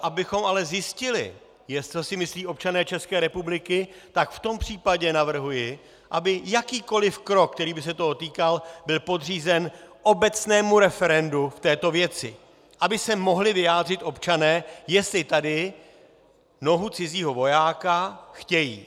Abychom ale zjistili, co si myslí občané České republiky, tak v tom případě navrhuji, aby jakýkoli krok, který by se toho týkal, byl podřízen obecnému referendu v této věci, aby se mohli vyjádřit občané, jestli tady nohu cizího vojáka chtějí.